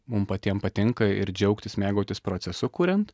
mum patiem patinka ir džiaugtis mėgautis procesu kuriant